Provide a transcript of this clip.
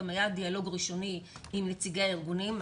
גם היה דיאלוג ראשוני עם נציגי הארגונים,